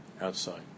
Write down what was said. Outside